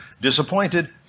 disappointed